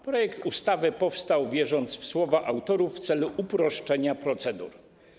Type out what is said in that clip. Projekt ustawy powstał, wierząc w słowa autorów, w celu uproszczenia procedur.